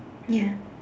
ya